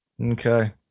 Okay